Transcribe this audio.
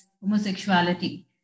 homosexuality